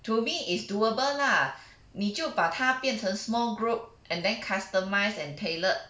to me it's doable lah 你就把它变成 small group and then customize and tailored